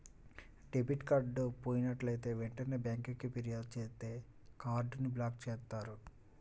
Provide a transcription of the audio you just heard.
debit card పోయినట్లైతే వెంటనే బ్యేంకుకి ఫిర్యాదు చేత్తే కార్డ్ ని బ్లాక్ చేత్తారు